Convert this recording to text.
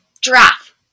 giraffe